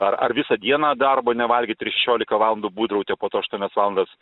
ar ar visą dieną darbo nevalgyt ir šešiolika valandų būdrauti o po to aštuonias valandas